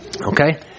Okay